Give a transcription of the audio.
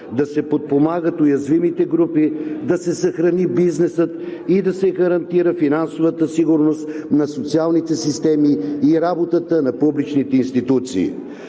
да се подпомагат уязвимите групи, да се съхрани бизнесът и да се гарантира финансовата сигурност на социалните системи и работата на публичните институции.